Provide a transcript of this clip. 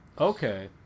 okay